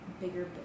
bigger